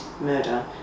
murder